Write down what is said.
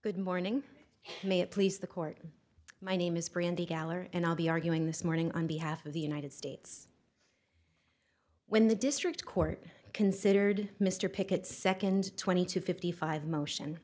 good morning may it please the court my name is brandy gallery and i'll be arguing this morning on behalf of the united states when the district court considered mr pickett second twenty two fifty five motion